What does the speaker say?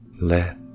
let